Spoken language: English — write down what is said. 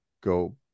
go